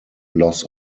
loss